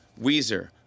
Weezer